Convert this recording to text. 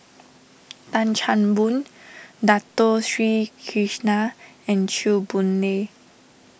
Tan Chan Boon Dato Sri Krishna and Chew Boon Lay